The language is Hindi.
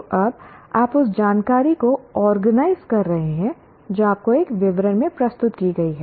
तो अब आप उस जानकारी को ऑर्गेनाइज कर रहे हैं जो आपको एक विवरण में प्रस्तुत की गई है